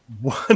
one